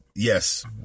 Yes